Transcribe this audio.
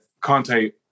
Conte